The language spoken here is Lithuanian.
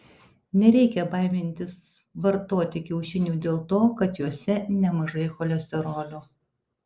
nereikia baimintis vartoti kiaušinių dėl to kad juose nemažai cholesterolio